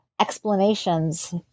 explanations